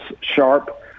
sharp